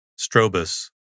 Strobus